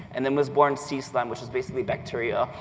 and then was born sea slime, which is basically bacteria,